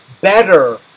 better